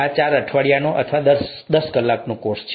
આ ચાર અઠવાડિયાનો અથવા દસ કલાકનો કોર્સ છે